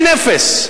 אין אפס.